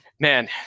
man